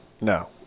No